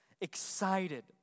Excited